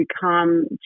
become